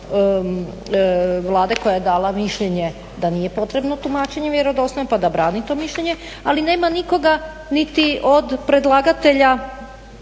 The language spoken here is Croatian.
Vlade koja je dala mišljenje da nije potrebno tumačenje vjerodostojnosti pa da brani to mišljenje, ali nema nikoga niti od predlagatelja